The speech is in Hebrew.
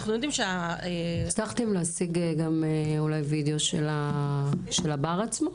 יודעים --- הצלחתם להשיג אולי וידאו של הבר עצמו?